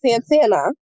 Santana